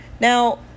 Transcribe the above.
Now